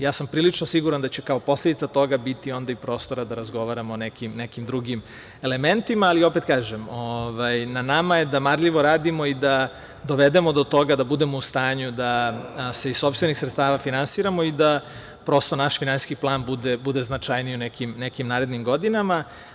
Ja sam prilično siguran da će kao posledica toga biti prostora i da razgovaramo o nekim elementima, ali opet, kažem, na nama je da marljivo radimo i da dovedemo do toga da budemo u stanju da se iz sopstvenih sredstava finansiramo i da, prosto, naš finansijski plan bude značajan u nekim narednim godinama.